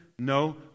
No